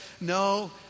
No